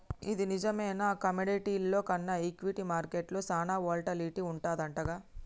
ఇది నిజమేనా కమోడిటీల్లో కన్నా ఈక్విటీ మార్కెట్లో సాన వోల్టాలిటీ వుంటదంటగా